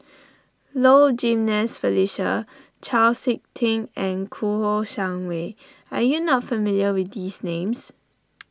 Low Jimenez Felicia Chau Sik Ting and Kouo Shang Wei are you not familiar with these names